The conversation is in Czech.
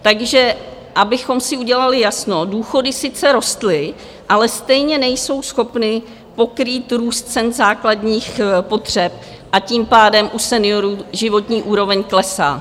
Takže abychom si udělali jasno, důchody sice rostly, ale stejně nejsou schopny pokrýt růst cen základních potřeb, a tím pádem u seniorů životní úroveň klesá.